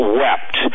wept